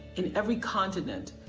in every continent,